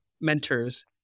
mentors